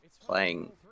playing